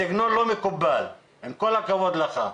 הסגנון לא מקובל, עם כל הכבוד לך.